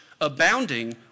abounding